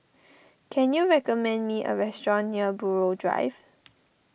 can you recommend me a restaurant near Buroh Drive